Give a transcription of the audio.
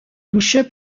touché